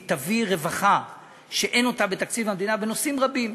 היא תביא רווחה שאין בתקציב המדינה בנושאים רבים: